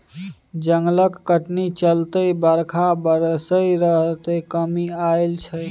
जंगलक कटनी चलते बरखा बरसय मे कमी आएल छै